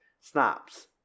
snaps